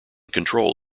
control